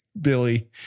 billy